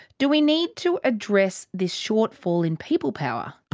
do we need to address this shortfall in people power?